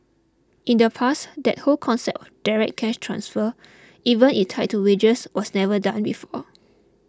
in the past that whole concept direct cash transfers even if tied to wages was never done before